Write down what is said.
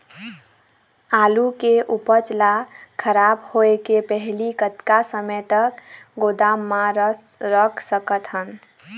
आलू के उपज ला खराब होय के पहली कतका समय तक गोदाम म रख सकत हन?